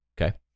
okay